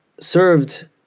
served